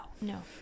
No